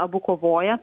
abu kovoja